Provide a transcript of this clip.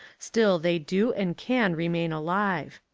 still they do and can re main alive.